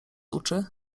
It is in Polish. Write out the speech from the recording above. uczy